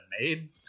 made